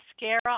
mascara